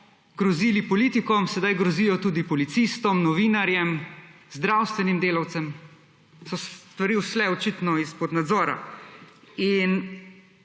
grozili politikom, sedaj grozijo tudi policistom, novinarjem, zdravstvenim delavcem. So stvari ušle očitno izpod nadzora. In